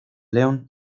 león